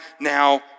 now